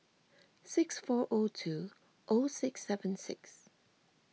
six four O two O six seven six